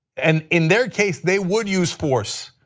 and in their case they would use force.